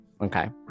Okay